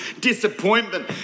disappointment